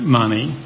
money